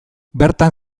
bertan